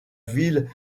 ville